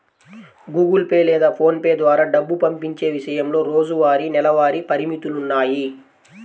Google Pay లేదా PhonePe ద్వారా డబ్బు పంపించే విషయంలో రోజువారీ, నెలవారీ పరిమితులున్నాయి